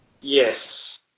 Yes